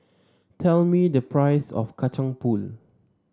tell me the price of Kacang Pool